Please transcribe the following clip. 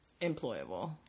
employable